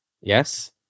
Yes